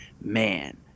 man